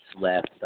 left